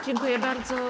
Dziękuję bardzo.